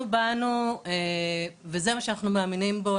אנחנו באנו וזה מה שאנחנו מאמינים בו,